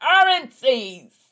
currencies